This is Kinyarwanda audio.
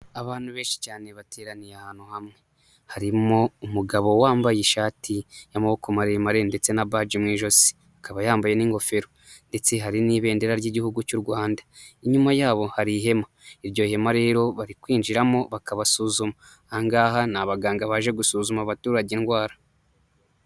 Abantu benshi cyane bateraniye ahantu hamwe, harimo umugabo wambaye ishati y'amaboko maremare ndetse na baji mu ijosi, akaba yambaye n'ingofero ndetse hari n'ibendera ry'igihugu cy'u Rwanda. Inyuma yabo hari ihema, iryo hema rero bari kwinjiramo bakabasuzuma. Ahangaha ni abaganga baje gusuzuma abaturage indwara.